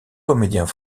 comédiens